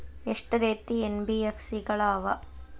ಎಷ್ಟ ರೇತಿ ಎನ್.ಬಿ.ಎಫ್.ಸಿ ಗಳ ಅವ?